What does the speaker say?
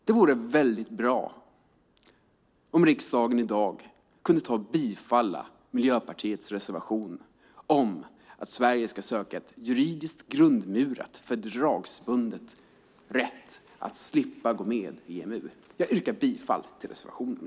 Det vore bra om riksdagen i dag kunde bifalla Miljöpartiets reservation om att Sverige ska söka en juridiskt grundmurad fördragsbunden rätt att slippa gå med i EMU. Jag yrkar bifall till reservationen.